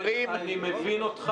אפס בסקרים --- אני מבין אותך יפה מאוד.